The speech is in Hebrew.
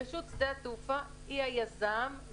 רשות שדות התעופה היא היזם.